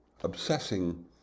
obsessing